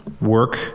Work